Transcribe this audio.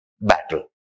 battle